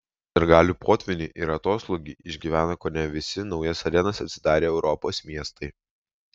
sirgalių potvynį ir atoslūgį išgyvena kone visi naujas arenas atsidarę europos miestai